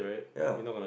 ya